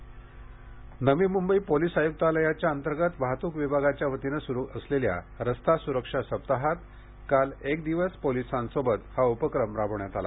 police उपक्रम Navi Mumbai police आयुक्तालयाच्या अंतर्गत वाहतूक विभागाच्या वतीने सुरू असलेल्या रस्ता सुरक्षा सप्ताहात काल एक दिवस पोलीसांसोबत हा उपक्रम राबविण्यात आला